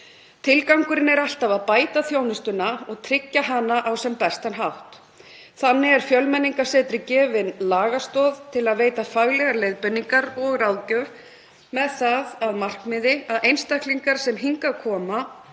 Tilgangurinn er alltaf að bæta þjónustuna og tryggja hana á sem bestan hátt. Þannig er Fjölmenningarsetri gefin lagastoð til að veita faglegar leiðbeiningar og ráðgjöf með það að markmiði að einstaklingar sem hingað koma